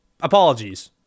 apologies